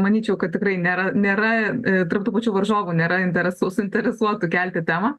manyčiau kad tikrai nėra nėra tarp tų pačių varžovų nėra interesų suinteresuotų kelti temą